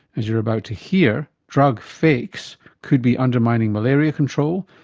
as you're about to hear, drug fakes could be undermining malaria control,